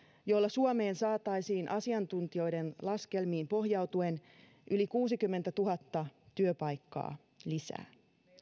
joilla suomeen saataisiin asiantuntijoiden laskelmiin pohjautuen yli kuusikymmentätuhatta työpaikkaa lisää